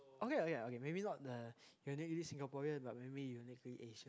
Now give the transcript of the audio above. okay okay okay maybe not the uniquely Singaporean but maybe uniquely Asian